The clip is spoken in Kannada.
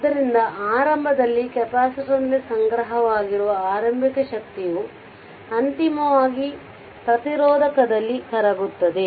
ಆದ್ದರಿಂದ ಆರಂಭದಲ್ಲಿ ಕೆಪಾಸಿಟರ್ನಲ್ಲಿ ಸಂಗ್ರಹವಾಗಿರುವ ಆರಂಭಿಕ ಶಕ್ತಿಯು ಅಂತಿಮವಾಗಿ ಪ್ರತಿರೋಧಕದಲ್ಲಿ ಕರಗುತ್ತದೆ